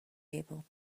able